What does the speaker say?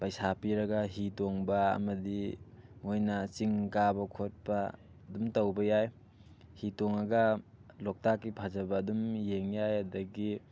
ꯄꯩꯁꯥ ꯄꯤꯔꯒ ꯍꯤ ꯇꯣꯡꯕ ꯑꯃꯗꯤ ꯃꯣꯏꯅ ꯆꯤꯡ ꯀꯥꯕ ꯈꯣꯠꯄ ꯑꯗꯨꯝ ꯇꯧꯕ ꯌꯥꯏ ꯍꯤ ꯇꯣꯡꯉꯒ ꯂꯣꯛꯇꯥꯛꯀꯤ ꯐꯖꯕ ꯑꯗꯨꯝ ꯌꯦꯡ ꯌꯥꯏ ꯑꯗꯒꯤ